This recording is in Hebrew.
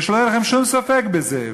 ושלא יהיה לכם שום ספק בזה.